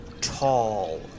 tall